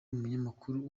umunyamakuru